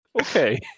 Okay